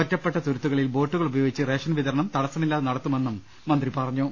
ഒറ്റപ്പെട്ട തുരുത്തുകളിൽ ബോട്ടുകൾ ഉപയോഗിച്ച് റേഷൻ വിതരണം തടസ്സമില്ലാതെ നടത്തുമെന്നും മന്ത്രി പറഞ്ഞു